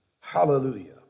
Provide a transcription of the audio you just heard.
Hallelujah